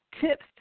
Tips